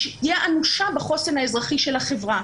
פגיעה אנושה בחוסן האזרחי של החברה.